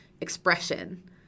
expression